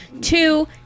Two